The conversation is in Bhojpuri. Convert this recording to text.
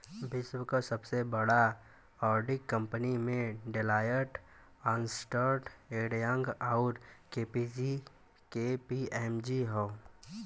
विश्व क सबसे बड़ा ऑडिट कंपनी में डेलॉयट, अन्सर्ट एंड यंग, आउर के.पी.एम.जी हौ